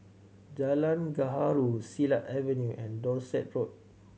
Jalan Gaharu Silat Avenue and Dorset Road